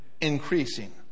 increasing